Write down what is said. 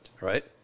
right